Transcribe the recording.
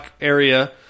area